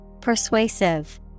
Persuasive